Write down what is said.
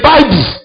Bible